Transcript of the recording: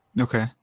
Okay